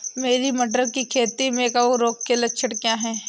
मेरी मटर की खेती में कवक रोग के लक्षण क्या हैं?